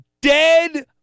dead